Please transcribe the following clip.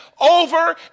over